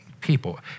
people